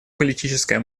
политическая